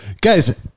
Guys